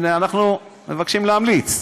הינה, אנחנו מבקשים להמליץ,